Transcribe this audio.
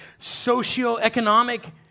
socioeconomic